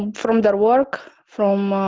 um from their work, from.